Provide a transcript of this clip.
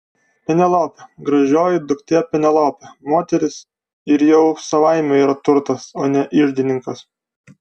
penelopė gražioji duktė penelopė moteris ir jau savaime yra turtas o ne iždininkas